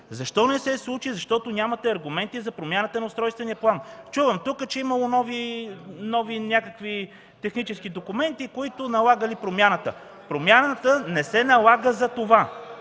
Защо не се случи? Защото нямате аргументи за промяната на устройствения план. Тук чувам, че имало някакви нови технически документи, които налагали промяната. Промяната не се налага за това.